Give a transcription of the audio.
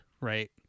right